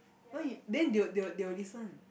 no you then they will they will they will listen